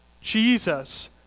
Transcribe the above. Jesus